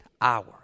hour